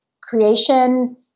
creation